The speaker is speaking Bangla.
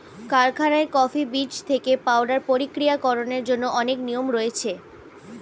কারখানায় কফি বীজ থেকে পাউডার প্রক্রিয়াকরণের জন্য অনেক নিয়ম রয়েছে